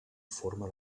forma